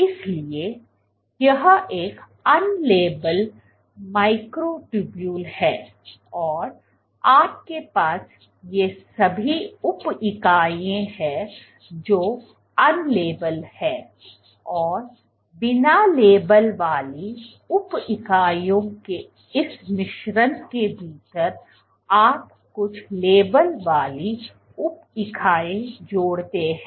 इसलिए यह एक अनलेबल माइक्रोट्यूबुल है और आपके पास ये सभी उप इकाइयां हैं जो अनलेबल हैं और बिना लेबल वाली उप इकाइयों के इस मिश्रण के भीतर आप कुछ लेबल वाली उप इकाइयां जोड़ते हैं